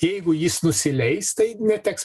jeigu jis nusileis tai neteks